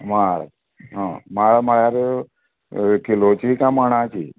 माळ आं माळ म्हळ्यार किलोची कांय माणाची